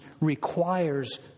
requires